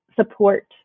support